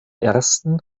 ersten